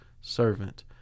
servant